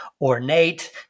ornate